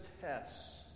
tests